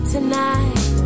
Tonight